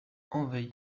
envahi